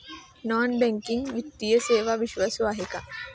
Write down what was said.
Non banking वित्तीय सेवा विश्वासू आहेत का?